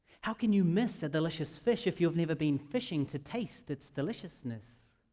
how can you miss a delicious fish if you've never been fishing to taste its deliciousness?